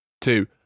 two